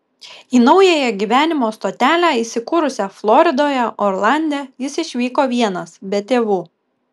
į naująją gyvenimo stotelę įsikūrusią floridoje orlande jis išvyko vienas be tėvų